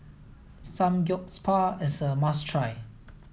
Samgyeopsal is a must try